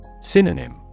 Synonym